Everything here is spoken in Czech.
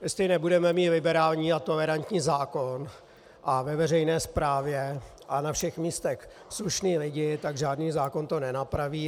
Jestli nebudeme mít liberální a tolerantní zákon a ve veřejné správě a na všech místech slušné lidi, tak žádný zákon to nenapraví.